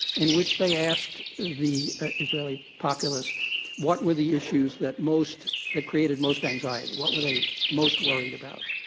in which they asked the israeli populace what were the issues that most that created most anxiety, what were they most worried about.